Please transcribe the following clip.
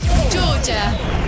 Georgia